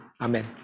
Amen